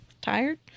Tired